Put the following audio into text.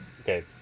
Okay